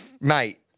mate